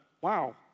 wow